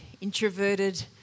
introverted